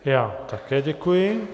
Já také děkuji.